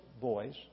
boys